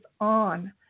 on